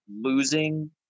losing